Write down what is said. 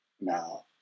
Now